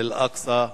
לאל-אקצא לתפילה.